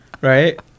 right